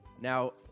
Now